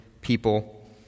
people